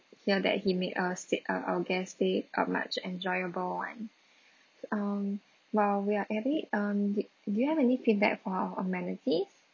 hear that he made a stay uh our guest stay a much enjoyable one um while we are at it um do do you have any feedback for our amenities